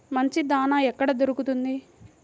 మంచి దాణా ఎక్కడ దొరుకుతుంది?